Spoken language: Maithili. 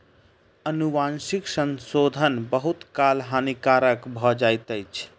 अनुवांशिक संशोधन बहुत काल हानिकारक भ जाइत अछि